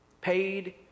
paid